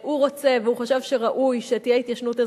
שהוא רוצה והוא חושב שראוי שתהיה התיישנות אזרחית.